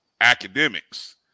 academics